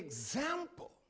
example